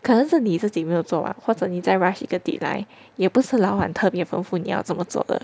可能是你自己没有做完或者你在 rush 一个 deadline 也不是老板特别吩咐你要这么做的